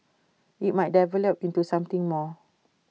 IT might develop into something more